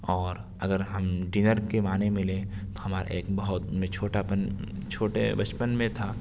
اور اگر ہم ڈنر کے معنی میں لیں تو ہمارا ایک بہت میں چھوٹا پن چھوٹے بچپن میں تھا